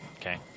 Okay